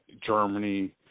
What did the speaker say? Germany